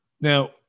now